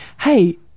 hey